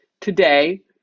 Today